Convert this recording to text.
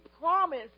promise